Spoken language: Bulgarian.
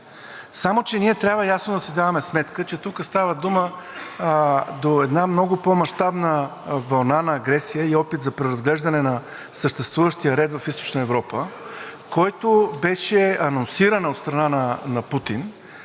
Само че ние трябва ясно да си даваме сметка, че тук става дума до една много по-мащабна вълна на агресия и опит за преразглеждане на съществуващия ред в Източна Европа, която беше анонсирана от Путин